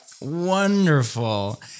wonderful